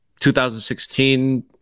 2016